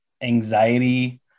anxiety